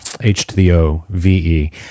H-to-the-o-v-e